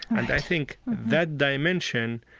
and i think that dimension,